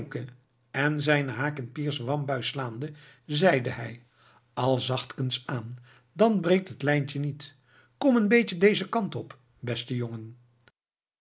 en zijnen haak in piers wambuis slaande zeide hij al zachtjes aan dan breekt het lijntje niet kom een beetje dezen kant op beste jongen